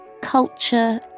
culture